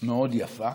מאוד יפה.